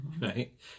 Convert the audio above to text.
Right